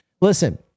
listen